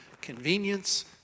convenience